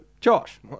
Josh